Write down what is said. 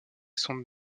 sont